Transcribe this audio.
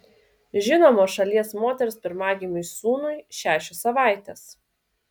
žinomos šalies moters pirmagimiui sūnui šešios savaitės